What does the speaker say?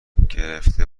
گرفته